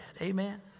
Amen